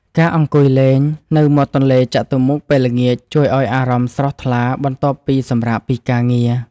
ការអង្គុយលេងនៅមាត់ទន្លេចតុមុខពេលល្ងាច ជួយឱ្យអារម្មណ៍ស្រស់ថ្លាបន្ទាប់ពីសម្រាកពីការងារ។